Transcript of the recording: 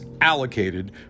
allocated